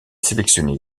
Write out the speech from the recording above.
sélectionné